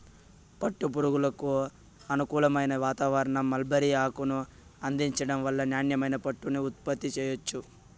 పట్టు పురుగులకు అనుకూలమైన వాతావారణం, మల్బరీ ఆకును అందించటం వల్ల నాణ్యమైన పట్టుని ఉత్పత్తి చెయ్యొచ్చు